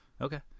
Okay